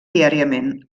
diàriament